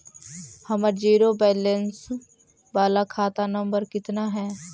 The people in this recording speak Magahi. हमर जिरो वैलेनश बाला खाता नम्बर कितना है?